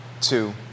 two